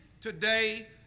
today